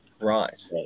Right